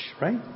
right